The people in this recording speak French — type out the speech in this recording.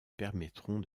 permettront